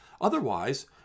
Otherwise